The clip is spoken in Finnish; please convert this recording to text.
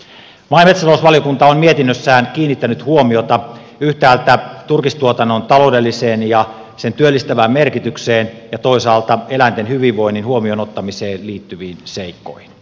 maa ja metsätalousvaliokunta on mietinnössään kiinnittänyt huomiota yhtäältä turkistuotannon taloudelliseen ja työllistävään merkitykseen ja toisaalta eläinten hyvinvoinnin huomioon ottamiseen liittyviin seikkoihin